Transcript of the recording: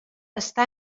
està